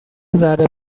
ذره